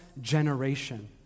generation